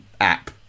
app